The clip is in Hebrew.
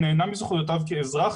הוא נהנה מזכויותיו כאזרח,